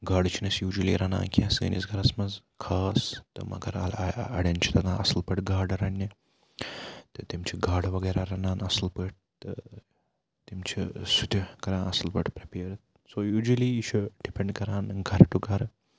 گاڈٕ چھِنہٕ أسۍ یوٗجولی رَنان کینٛہہ سٲنِس گَرَس منٛز خاص تہٕ مگر اَڈین چھُ لَگان اَصٕل پٲٹھۍ گاڈٕ رَننہِ تہٕ تِم چھِ گاڈٕ وَغیرَہ رَنان اَصٕل پٲٹھۍ تہٕ تِم چھِ سُہ تہِ کَران اَصٕل پٲٹھۍ پرٛیپیر سو یوٗجولی یہِ چھُ ڈِپینٛڈ کَران گَرٕ ٹُو گَرٕ